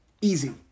easy